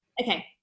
Okay